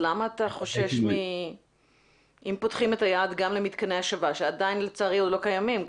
אם פותחים את היעד גם לך מתקני השבה שעדיין לצערי עוד לא קיימים.